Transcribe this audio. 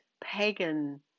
pagan